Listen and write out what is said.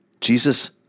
Jesus